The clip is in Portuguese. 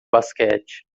basquete